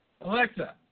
Alexa